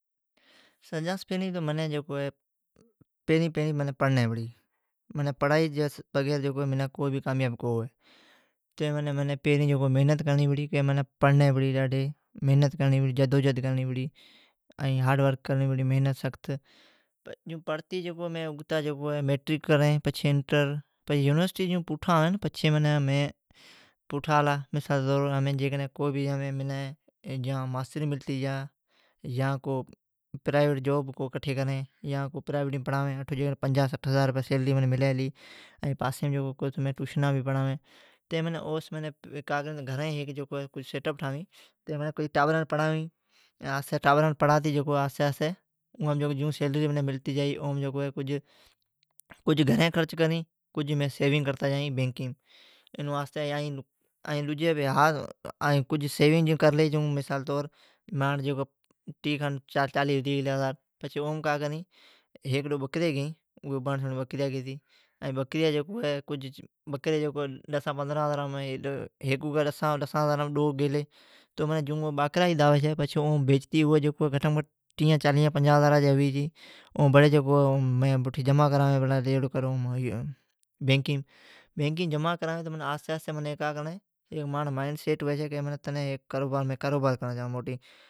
سجان سوں پیریں پیریں منی پڑنی پڑی۔ پڑائی جی بغیر کو منکھ کامیاب کو ھی۔ پیریں منی محنت کرنڑی پڑی۔ جدوجھد کرنڑی پڑی۔ محنت سخت کرتی، پڑتی اگتامیٹرک کریں، اگتا انٹر، پچھی یونیورسٹی سوں پوٹھا آویں۔ پچھی پوٹھا آلا مثال طور پوٹھا آلا، ماستری ملتی جا، پرائویٹ جاب کٹھی کریں۔ پرائویٹیم پڑھاویں، اٹھو منی پنجاھ سٹھ ھزار سیلری ملنی جا لی، ایں پاسیم کج ٹوشنا پڑاویں۔ گھریں ھیک سیٹ اپ ٹھالا۔ کج ٹابران پڑھانویں۔ آھستی آھستی ٹابریں کج سیلری ملتی جائی، اوم کج گھریں خرچ کرتا جائیں، کج سیونگ کرتا جائیں بینکیم۔ ایں ڈجی ھاسیونگ کرلی تو ٹیھ چالیھ ھزار ھتی جائی، اوم کا کریں ھیک ڈو بکریا گئیں، ایں بکریا جکو ھی ھیکوکی ڈساں ھزارام ڈو گیلیا، تو باکرا عید آوی اوم بیچتی گھٹ میں گھٹ ٹیھ چالیھ پنجاھ ھزاراں جا ھوی چھی، ائا اٹھو جما کراویںبینیم کاں تو آھستی آھستی مانڑی مائیڈ سیٹ ھوی چھی۔ مین کاروبار کرنڑ چاھویں موٹا